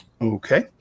Okay